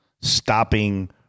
stopping